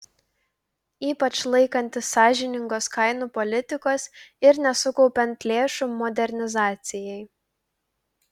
ypač laikantis sąžiningos kainų politikos ir nesukaupiant lėšų modernizacijai